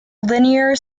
linear